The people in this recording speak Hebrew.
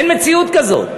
אין מציאות כזו.